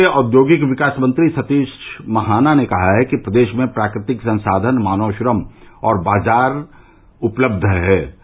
प्रदेष के औद्योगिक विकास मंत्री सतीष महाना ने कहा है कि प्रदेष में प्राकृतिक संसाधन मानव श्रम और बड़ा बाजार उपलब्ध है